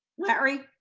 larry.